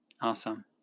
Awesome